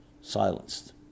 silenced